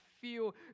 feel